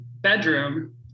bedroom